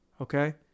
Okay